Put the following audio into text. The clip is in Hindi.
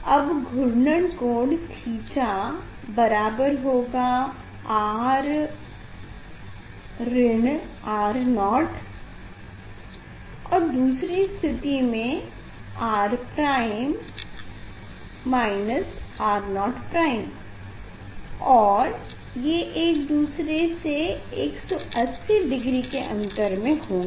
अब घूर्णन कोण थीटा बराबर होगा R ऋण R0 और दूसरे स्थिति में R R0 और ये एक दूसरे से 180 डिग्री के अंतर में होंगे